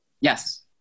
Yes